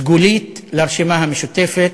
סגולית, לרשימה המשותפת.